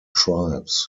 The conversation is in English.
tribes